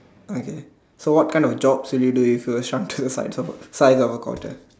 okay so what kind of jobs will you do if you were shrunk to the size of a size of a quarter